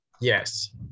yes